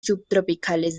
subtropicales